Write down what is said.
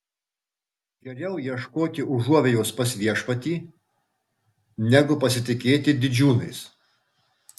geriau ieškoti užuovėjos pas viešpatį negu pasitikėti didžiūnais